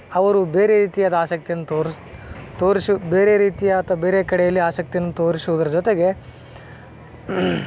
ಅವರು ಬೇರೆ ರೀತಿಯಾದ ಆಸಕ್ತಿಯನ್ನು ತೋರಿಸ್ ತೋರಿಸು ಬೇರೆ ರೀತಿಯ ಅಥ್ವಾ ಬೇರೆ ಕಡೆಯಲ್ಲಿ ಆಸಕ್ತಿಯನ್ನು ತೋರಿಸುದರ ಜೊತೆಗೆ